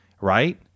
right